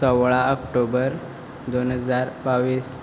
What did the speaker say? सोळा ऑक्टोबर दोन हजार बावीस